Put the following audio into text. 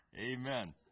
amen